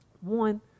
One